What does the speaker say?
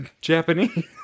Japanese